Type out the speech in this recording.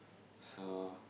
so